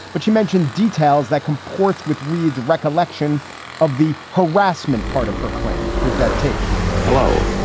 but she mentioned details that comports with reid's recollection of the harassment part of her claim. here's that tape hello.